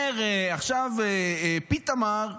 אומר עכשיו פיתמר: